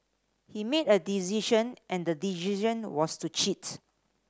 he made a decision and the decision was to cheat